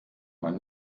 man